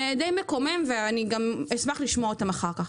זה דיי מקומם ואני גם אשמח לשמוע אותם אחר כך.